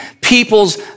people's